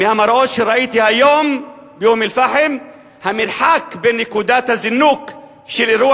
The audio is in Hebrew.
מהמראות שראיתי היום באום-אל-פחם המרחק בין נקודת הזינוק של אירוע